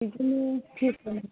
बिदिनो